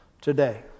today